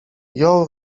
jął